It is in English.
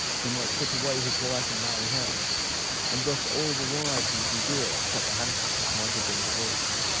he might put away his wife and marry her and thus all the wives in judea, except the handsomest, might have been divorced.